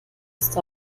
ist